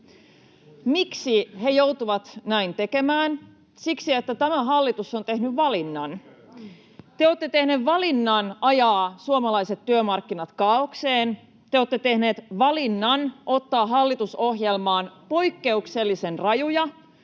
Miksi he joutuvat näin tekemään? Siksi, että tämä hallitus on tehnyt valinnan. Te olette tehneet valinnan ajaa suomalaiset työmarkkinat kaaokseen. Te olette tehneet valinnan ottaa hallitusohjelmaan poikkeuksellisen rajuja